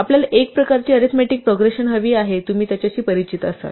आपल्याला एक प्रकारची अरीथमेटिक प्रोग्रेशन हवी आहे तुम्ही त्याच्याशी परिचित असाल